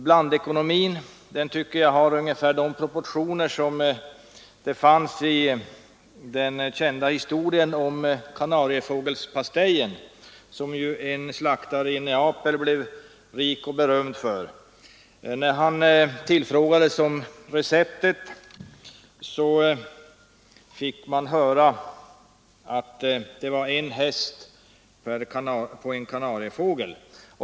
Blandekonomin tycker jag har ungefär samma proportioner som i den kända historien om kanariefågelspastejen, som en slaktare i Neapel blev rik och berömd för. När han tillfrågades om receptet svarade han att det var en häst och en kanariefågel.